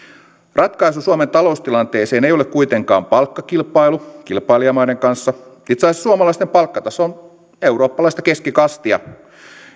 ratkaisu suomen taloustilanteeseen ei ole kuitenkaan palkkakilpailu kilpailijamaiden kanssa itse asiassa suomalaisten palkkataso on eurooppalaista keskikastia